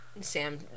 Sam